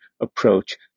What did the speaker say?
approach